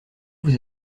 vous